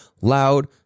loud